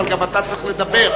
אבל גם אתה צריך לדבר.